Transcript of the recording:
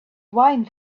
wine